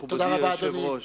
מכובדי היושב-ראש.